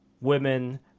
women